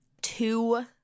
Two